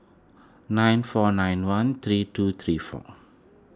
nine four nine one three two three four